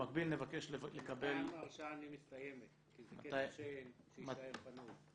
מתי ההרשאה מסתיימת, כי זה כסף שיישאר פנוי.